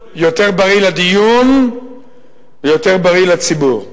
יותר בריא לדיון ויותר בריא לציבור.